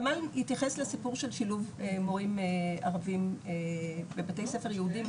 התייחס לסיפור של שילוב מורים ערבים בבתי ספר יהודים,